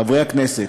חברי הכנסת,